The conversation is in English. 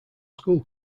school